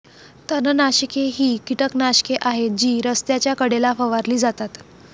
तणनाशके ही कीटकनाशके आहेत जी रस्त्याच्या कडेला फवारली जातात